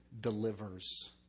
delivers